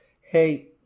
Hey